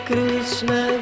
Krishna